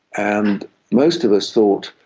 and most of us thought,